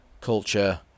culture